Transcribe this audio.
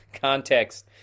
context